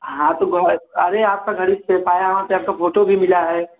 हाँ तो अरे आपका घड़ी पे पाया है आपका फोटो भी मिला है